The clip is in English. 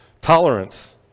Tolerance